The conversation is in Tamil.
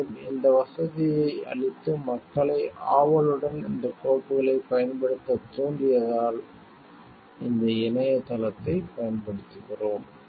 மேலும் இந்த வசதியை அளித்து மக்களை ஆவலுடன் இந்த கோப்புகளை பயன்படுத்த தூண்டியதால் இந்த இணையதளத்தை பயன்படுத்துகிறோம்